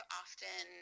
often